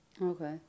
Okay